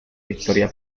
victoria